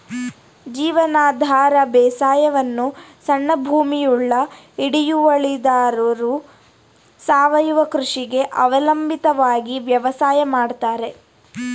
ಜೀವನಾಧಾರ ಬೇಸಾಯವನ್ನು ಸಣ್ಣ ಭೂಮಿಯುಳ್ಳ ಹಿಡುವಳಿದಾರರು ಸಾವಯವ ಕೃಷಿಗೆ ಅವಲಂಬಿತವಾಗಿ ವ್ಯವಸಾಯ ಮಾಡ್ತರೆ